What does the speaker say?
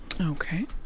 Okay